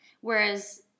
whereas